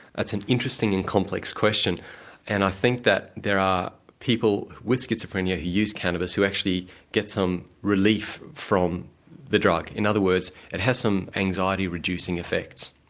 that's an interesting and complex question and i think that there are people with schizophrenia who use cannabis who actually get some relief from the drug. in other words it has some anxiety-reducing effects.